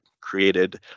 created